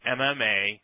MMA